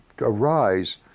arise